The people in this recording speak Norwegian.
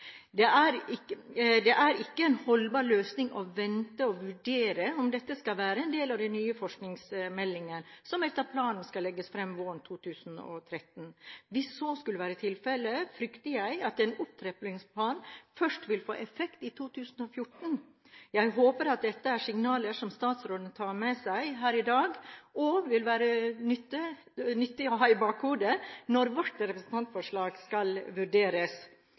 Det er ikke en holdbar løsning å vente og vurdere om dette skal være en del av den nye forskningsmeldingen som etter planen skal legges fram våren 2013. Hvis så skulle være tilfelle, frykter jeg at en opptrappingsplan først vil få effekt i 2014. Jeg håper at dette er signaler som statsråden tar med seg i dag, og som vil være nyttig å ha i bakhodet når vårt representantforslag skal vurderes.